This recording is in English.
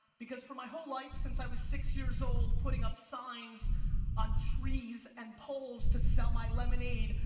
because, for my whole life, since i was six years old, putting up signs on trees and poles to sell my lemonade,